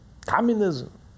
Communism